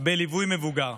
בליווי מבוגר.